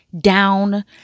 down